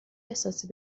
احساسی